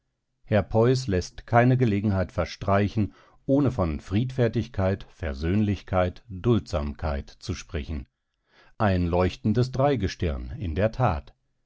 herr peus läßt keine gelegenheit verstreichen ohne von friedfertigkeit versöhnlichkeit duldsamkeit zu sprechen ein leuchtendes dreigestirn in der tat